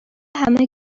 همه